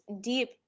deep